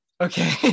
Okay